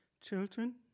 children